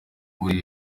uri